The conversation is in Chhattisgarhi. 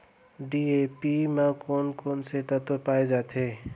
डी.ए.पी म कोन कोन से तत्व पाए जाथे?